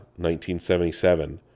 1977